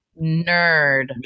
nerd